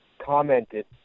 commented